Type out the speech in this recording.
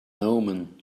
omen